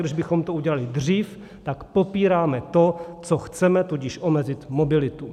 Kdybychom to udělali dřív, tak popíráme to, co chceme, tudíž omezit mobilitu.